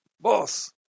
boss